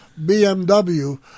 BMW